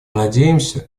надеемся